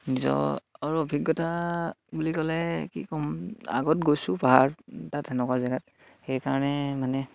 নিজৰ অভিজ্ঞতা বুলি ক'লে কি ক'ম আগত গৈছোঁ পাহাৰ তাত সেনেকুৱা জেগাত সেইকাৰণে মানে